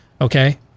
Okay